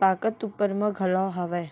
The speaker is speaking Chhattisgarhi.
पाकत ऊपर म घलौ हावय